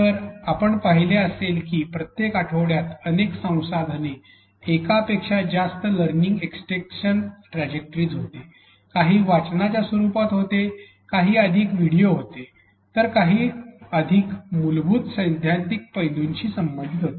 तर आपण पाहीले असेल की प्रत्येक आठवड्यात अनेक संसाधने एक पेक्षा जास्त लर्निंग एक्सटेन्शन ट्रजेक्टरीज होते काही वाचनाच्या रूपाने होते काही अधिक व्हिडिओ होते तर काही अधिक मूलभूत सैद्धांतिक पैलूंशी संबंधित होते